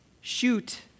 shoot